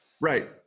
Right